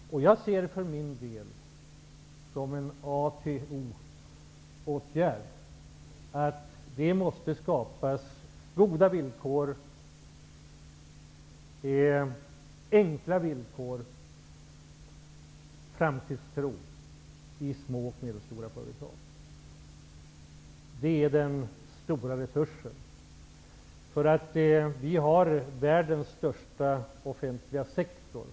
För min del är det A och O att det skapas goda villkor, enkla villkor och framtidstro i små och medelstora företag. Det är den stora resursen. Vi har världens största offentliga sektor.